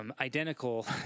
identical